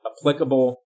applicable